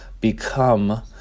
become